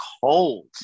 cold